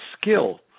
skill